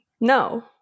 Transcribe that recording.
No